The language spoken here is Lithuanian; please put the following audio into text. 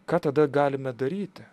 ką tada galime daryti